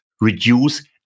reduce